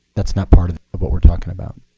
that's not part of of what we're talking about.